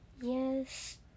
Yes